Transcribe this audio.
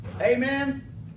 amen